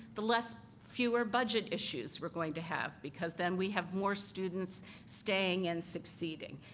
the less fewer budget issues we're going to have because then we have more students staying and succeeding,